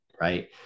right